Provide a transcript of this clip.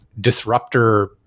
disruptor